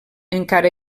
encara